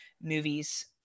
movies